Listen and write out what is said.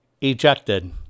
ejected